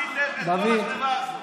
דוד,